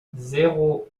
zéro